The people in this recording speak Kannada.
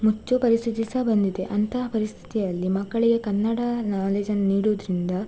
ಮುಚ್ಚೊ ಪರಿಸ್ಥಿತಿ ಸಹ ಬಂದಿದೆ ಅಂಥಾ ಪರಿಸ್ಥಿತಿಯಲ್ಲಿ ಮಕ್ಕಳಿಗೆ ಕನ್ನಡ ನಾಲೇಜನ್ನು ನೀಡುವುದ್ರಿಂದ